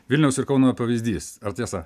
vilniaus ir kauno pavyzdys ar tiesa